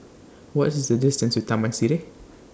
What IS The distance to Taman Sireh